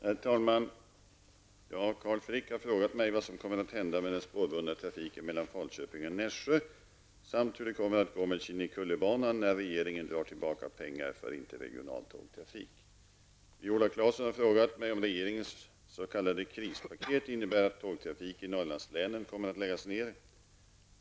Herr talman! Carl Frick har frågat mig vad som kommer att hända med den spårburna trafiken mellan Falköping och Nässjö samt hur det kommer att gå med Kinnekullebanan när regeringen drar tillbaka pengar för interregional tågtrafik. Viola Claesson har frågat mig om regeringens s.k. krispaket innebär att tågtrafik i Norrlandslänen kommer att läggas ner.